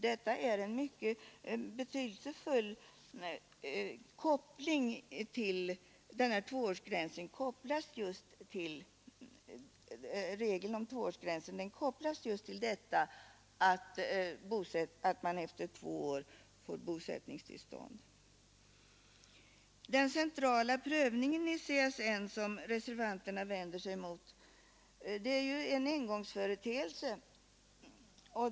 Den centrala prövningen i CSN, som reservanterna vänder sig mot, är ju en övergångsföreteelse.